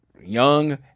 young